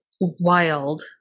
wild